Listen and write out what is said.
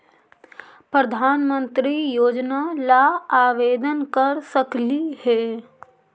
प्रधानमंत्री योजना ला आवेदन कर सकली हे?